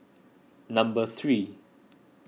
number three